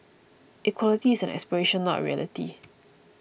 equality is an aspiration not a reality